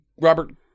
Robert